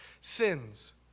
sins